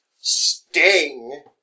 Sting